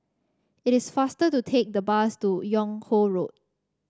it is faster to take the bus to Yung Ho Road